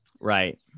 Right